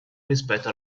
rispetto